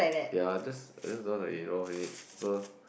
ya just just don't want to involve in it so